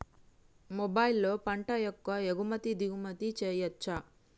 మొబైల్లో పంట యొక్క ఎగుమతి దిగుమతి చెయ్యచ్చా?